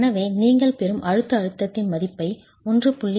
எனவே நீங்கள் பெறும் அழுத்த அழுத்தத்தின் மதிப்பை 1